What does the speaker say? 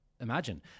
imagine